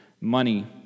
money